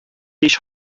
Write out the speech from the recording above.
ich